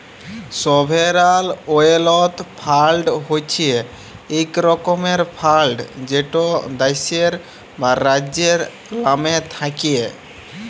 sovereign wealth fund হছে ইক রকমের ফাল্ড যেট দ্যাশের বা রাজ্যের লামে থ্যাকে